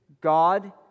God